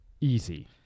easy